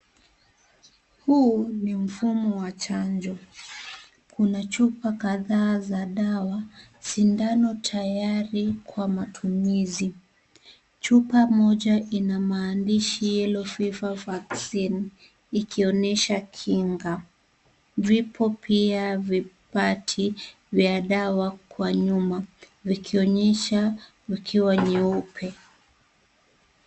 Huu ni mvumo wa chanjo. Kuna chupa kadhaa za dawa sindano tayari kwa matumizi. Chupa moja ina maandishi, Yellow fever vaccine ikionyesha kinga. Vipo pia vipati vya dawa kwa nyuma vikonyesha vikuwa nyeupe.